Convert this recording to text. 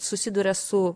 susiduria su